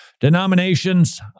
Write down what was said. denominations